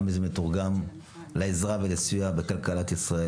מה מזה מתורגם לעזרה ולסיוע בכלכלת ישראל,